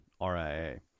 RIA